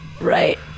right